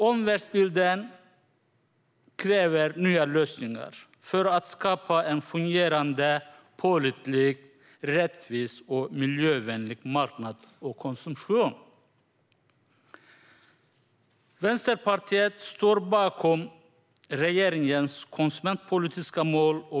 Omvärldsbilden kräver nya lösningar för att skapa en fungerande, pålitlig, rättvis och miljövänlig marknad och konsumtion. Vänsterpartiet står bakom regeringens konsumentpolitiska mål.